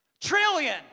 trillion